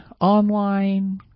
online